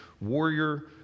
Warrior